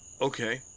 Okay